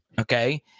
okay